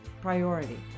Priority